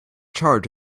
charge